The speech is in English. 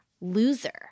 loser